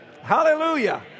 Hallelujah